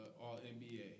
All-NBA